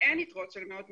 אין יתרות של מאות מיליונים,